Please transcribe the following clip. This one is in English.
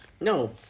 No